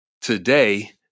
today